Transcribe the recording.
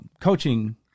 coaching